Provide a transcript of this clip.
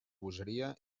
bogeria